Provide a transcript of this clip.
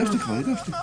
אחרי 65 ימי עסקים,